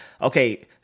okay